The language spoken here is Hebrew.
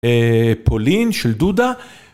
פולין של דודה